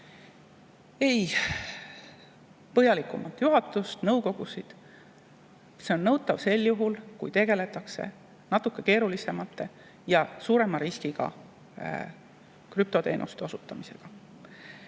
ei põhjalikumat juhatust ega nõukogu. See on nõutav sel juhul, kui tegeldakse natuke keerulisemate ja suurema riskiga krüptoteenuste osutamisega.